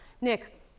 Nick